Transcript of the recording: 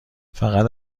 فقط